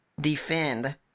defend